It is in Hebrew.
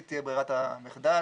היא תהיה ברירת המחדל.